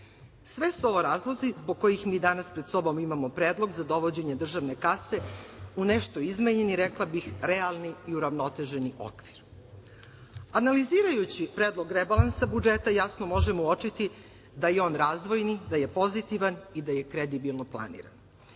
su ovo razlozi zbog kojih mi danas pred sobom imamo predlog za dovođenje državne kase u nešto izmenjeni rekla bih, realni i uravnoteženi okvir. Analizirajući Predlog rebalansa budžeta jasno možemo uočiti da je on razvojni, da je pozitivan i da je kredibilno planiran.